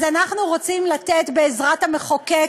אז אנחנו רוצים לתת, בעזרת המחוקק,